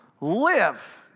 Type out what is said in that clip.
live